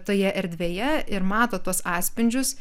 toje erdvėje ir mato tuos atspindžius